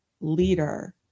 leader